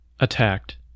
Attacked